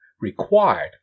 required